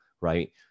right